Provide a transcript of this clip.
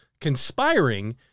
conspiring